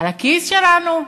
על הכיס שלנו.